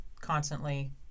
constantly